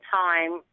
time